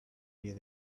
days